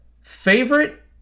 Favorite